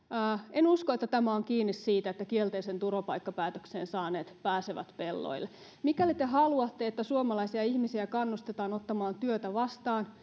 en usko että tämä on kiinni siitä että kielteisen turvapaikkapäätöksen saaneet pääsevät pelloille mikäli te haluatte että suomalaisia ihmisiä kannustetaan ottamaan työtä vastaan